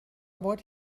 about